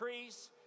increase